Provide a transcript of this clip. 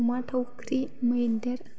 अमा थावख्रि मैदेर